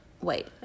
wait